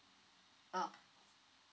ah